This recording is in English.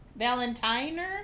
Valentiner